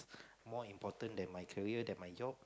more important than my career than my job